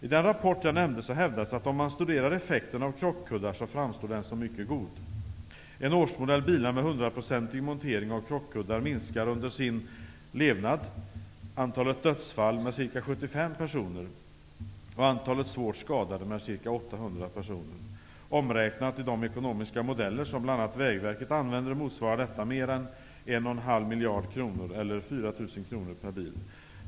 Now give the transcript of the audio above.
I den rapport jag nämnde hävdas att effekten av krockkuddar framstår som mycket god. För en årsmodell bilar med hundraprocentig montering av krockkuddar minskar under bilarnas ''levnad'' antalet dödsfall med ca 75 personer och antalet svårt skadade med ca 800 personer. Omräknat i de ekonomiska modeller som bl.a. Vägverket använder motsvarar detta mer än 1,5 miljarder kronor eller 4 000 kr/bil.